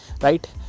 right